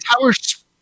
towers